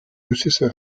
russische